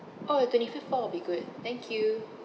oh the twenty fifth floor would be good thank you